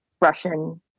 Russian